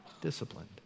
disciplined